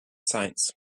signs